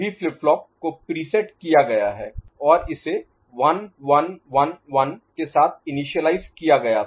सभी flip flop को preset किया है और इसे 1 1 1 1 के साथ इनिशियलाईज किया गया था